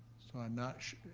so, i'm not,